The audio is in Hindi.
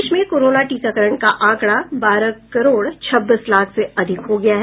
देश में कोरोना टीकाकरण का आंकड़ा बारह करोड़ छब्बीस लाख से अधिक हो गया है